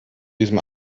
diesem